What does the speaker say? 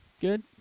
Good